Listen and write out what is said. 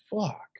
fuck